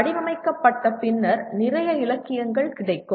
வடிவமைக்கப்பட்ட பின்னர் நிறைய இலக்கியங்கள் கிடைக்கும்